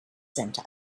sent